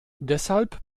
deshalb